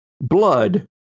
blood